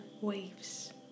waves